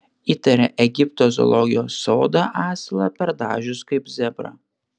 įtaria egipto zoologijos sodą asilą perdažius kaip zebrą